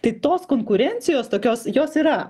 tai tos konkurencijos tokios jos yra